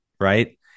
Right